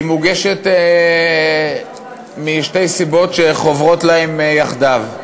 היא מוגשת משתי סיבות שחוברות להן יחדיו.